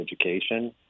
education